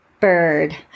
bird